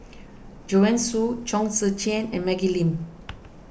Joanne Soo Chong Tze Chien and Maggie Lim